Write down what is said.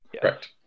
Correct